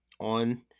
on